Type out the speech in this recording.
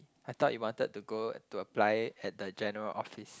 I thought you wanted to go to apply at the general office